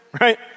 right